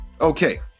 Okay